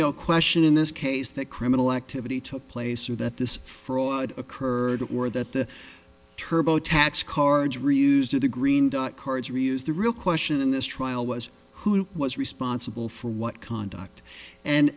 no question in this case that criminal activity took place or that this fraud occurred or that the turbo tax card re used to the green cards reuse the real question in this trial was who was responsible for what conduct and